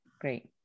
great